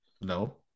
No